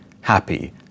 happy